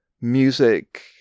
music